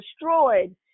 destroyed